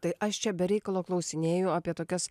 tai aš čia be reikalo klausinėju apie tokias